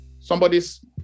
Somebody's